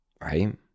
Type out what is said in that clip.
Right